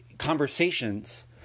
conversations